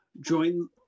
join